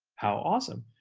how awesome.